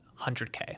100k